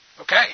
Okay